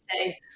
say